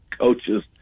coaches